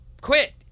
quit